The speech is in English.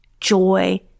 joy